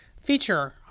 feature